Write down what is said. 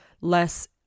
less